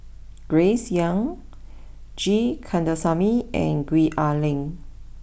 Grace young G Kandasamy and Gwee Ah Leng